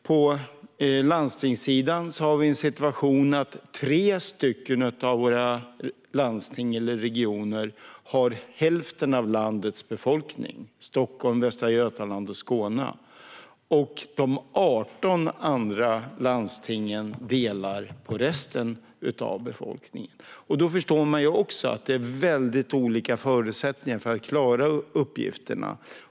På landstingssidan har vi en sådan situation att tre av våra landsting eller regioner har hälften av landets befolkning, nämligen Stockholm, Västra Götaland och Skåne. De 18 andra landstingen delar på resten av befolkningen. Då förstår man också att det är mycket olika förutsättningar för att klara uppgifterna.